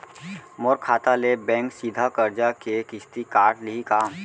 मोर खाता ले बैंक सीधा करजा के किस्ती काट लिही का?